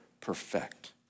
perfect